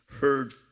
heard